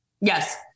Yes